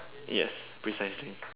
yes precisely